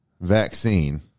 vaccine